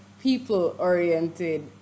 people-oriented